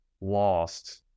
lost